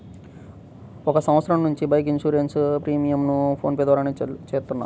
ఒక సంవత్సరం నుంచి బైక్ ఇన్సూరెన్స్ ప్రీమియంను ఫోన్ పే ద్వారానే చేత్తన్నాం